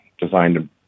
designed